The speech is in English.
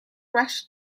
rushed